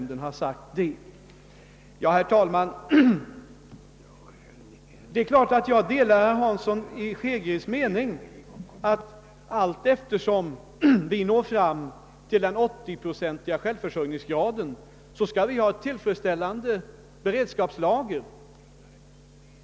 Det är klart att jag delar herr Hanssons i Skegrie uppfattning, att vi allteftersom vi närmar oss den 80 procentiga självförsörjningsgraden beträffande livsmedel bör lägga upp ett tillfredsställande beredskapslager.